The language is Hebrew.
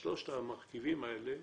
בשלושת המרכיבים האלה,